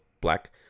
black